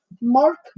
mark